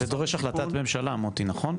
זה דורש החלטת ממשלה, מוטי, נכון?